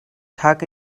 tag